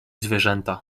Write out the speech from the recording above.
zwierzęta